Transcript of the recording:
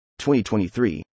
2023